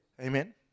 Amen